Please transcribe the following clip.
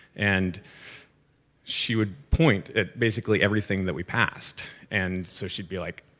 and she would point at basically everything that we passed. and so she'd be like,